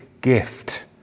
gift